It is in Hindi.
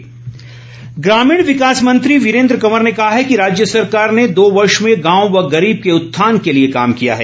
वीरेन्द्र कंवर ग्रामीण विकास मंत्री वीरेन्द्र कंवर ने कहा है कि राज्य सरकार ने दो वर्ष भें गांव व गरीब के उत्थान के लिए काम किया है